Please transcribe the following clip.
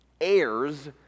heirs